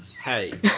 Hey